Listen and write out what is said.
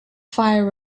fire